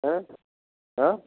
हें हाँ